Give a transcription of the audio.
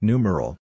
Numeral